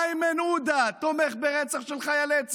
איימן עודה תומך ברצח של חיילי צה"ל.